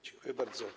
Dziękuję bardzo.